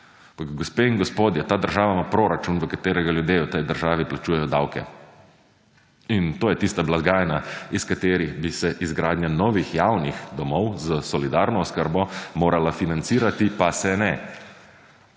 Ampak gospe in gospodje, ta država ima proračuna v katerega ljudje v tej državi plačujejo davke in to je tista blagajna iz katerih bi se izgradnja novih javnih domov za solidarno oskrbo morala financirati, pa se ne.